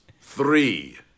Three